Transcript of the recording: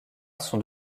sont